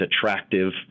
attractive